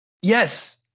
yes